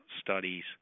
studies